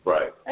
Right